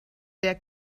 der